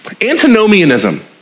antinomianism